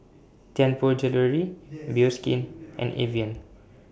Tianpo Jewellery Bioskin and Evian